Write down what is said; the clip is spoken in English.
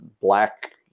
black